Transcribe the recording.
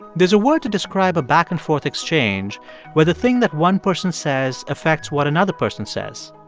there's a word to describe a back-and-forth exchange where the thing that one person says affects what another person says.